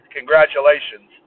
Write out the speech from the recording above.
Congratulations